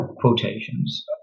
quotations